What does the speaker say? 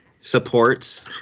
supports